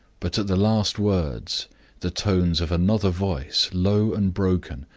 but at the last words the tones of another voice, low and broken,